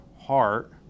heart